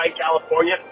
California